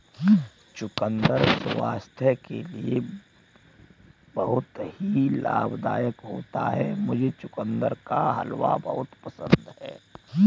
चुकंदर स्वास्थ्य के लिए बहुत ही लाभदायक होता है मुझे चुकंदर का हलवा बहुत पसंद है